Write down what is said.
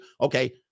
Okay